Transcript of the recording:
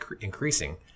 increasing